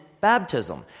baptism